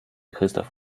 christoph